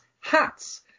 hats